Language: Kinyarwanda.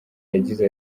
yagize